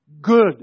good